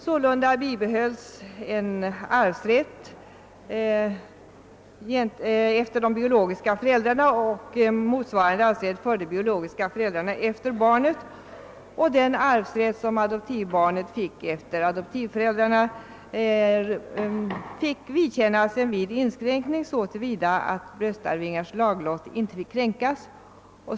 Sålunda bibehölls en arvsrätt efter de biologiska föräldrarna och motsvarande arvsrätt för dessa efter barnet. Vidare fick den arvsrätt som adoptivbarnet erhöll efter adoptivföräldrarna vidkännas en viss inskränkning så till vida att bröstarvingars laglott inte fick kränkas.